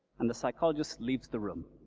and the psychologist leaves the room.